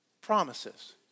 promises